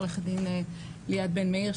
עו"ד ליאת בן-מאיר,